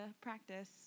practice